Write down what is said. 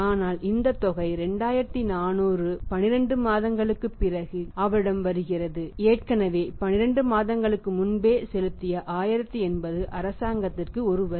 ஆனால் இந்த தொகை 2400 12 மாதங்களுக்குப் பிறகு அவரிடம் வருகிறது ஏற்கனவே 12 மாதங்களுக்கு முன்பே செலுத்திய 1080 அரசாங்கத்திற்கு ஒரு வரி